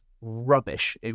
rubbish